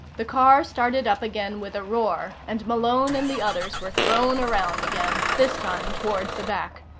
the car started up again with a roar and malone and the others were thrown around again, this time toward the back.